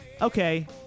okay